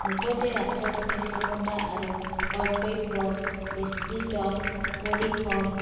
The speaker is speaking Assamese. মুঠতে ৰাষ্ট্ৰপতিৰ ক্ষমতা আৰু কৰ্তব্যৰ বিস্তৃত পৰিসৰ